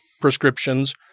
prescriptions